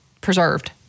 preserved